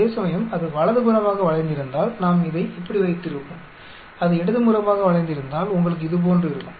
அதேசமயம் அது வலதுபுறமாக வளைந்திருந்தால் நாம் இதை இப்படி வைத்திருப்போம் அது இடதுபுறமாக வளைந்திருந்தால் உங்களுக்கு இதுபோன்று இருக்கும்